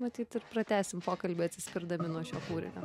matyt ir pratęsim pokalbį atsispirdami nuo šio kūrinio